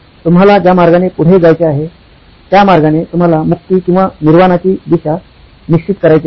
तुम्हाला ज्या मार्गाने पुढे जायचे आहे त्या मार्गाने तुम्हाला मुक्ति किंवा निर्वाणाची दिशा निश्चित करायची आहे